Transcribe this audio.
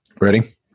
ready